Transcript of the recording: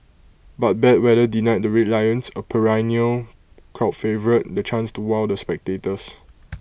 but bad weather denied the Red Lions A perennial crowd favourite the chance to wow the spectators